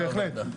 בהחלט.